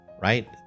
right